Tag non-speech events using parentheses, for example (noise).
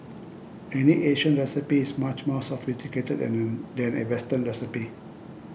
any Asian recipe is much more sophisticated (hesitation) than a Western recipe